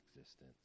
existence